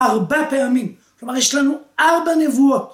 ארבע פעמים, כלומר יש לנו ארבע נבואות.